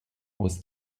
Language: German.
aus